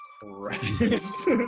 Christ